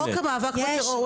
חוק המאבק בטרור.